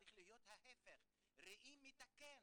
צריך להיות ההיפך, ראי מתַקֵן.